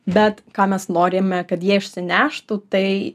bet ką mes norime kad jie išsineštų tai